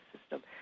system